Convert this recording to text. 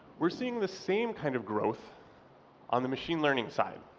we're seeing the same kind of growth on the machine learning side.